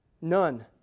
None